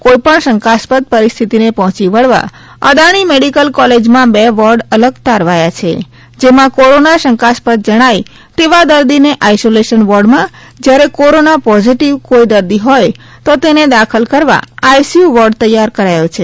કોઇપણ શંકાસ્પદ પરિસ્થિતિને પહોંચી વળવા અદાણી મેડિકલ કોલેજમાં બે વોર્ડ અલગતારવાયા છે જેમાં કોરોના શંકાસ્પદ જણાય તેવા દર્દીને આઇસોલેશન વોર્ડમાં જ્યારેકોરોના પોઝિટિવ કોઇ દર્દી હોય તો તેને દાખલ કરવા આઇસીયુ વોર્ડ તૈયાર કરાયો છે